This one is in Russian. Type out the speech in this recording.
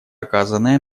оказанное